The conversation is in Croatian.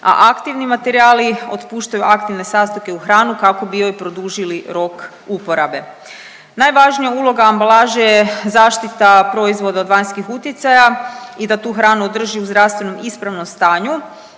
a aktivni materijali otpuštaju aktivne sastojke u hranu kako bi joj produžili rok uporabe. Najvažnija uloga ambalaže je zaštita proizvoda od vanjskih utjecaja i da tu hranu drži u zdravstveno ispravnom stanju,